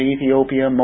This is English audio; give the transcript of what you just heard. Ethiopia